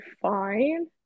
fine